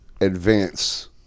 advance